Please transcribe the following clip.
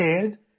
head